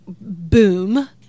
boom